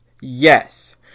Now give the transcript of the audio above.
yes